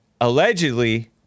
allegedly